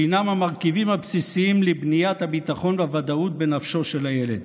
שהם המרכיבים הבסיסיים לבניית הביטחון והוודאות בנפשו של הילד,